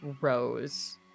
rose